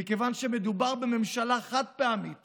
מכיוון שמדובר בממשלה חד-פעמית